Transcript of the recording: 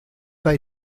pas